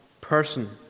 person